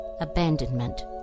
Abandonment